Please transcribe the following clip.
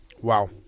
wow